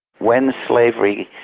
when slavery,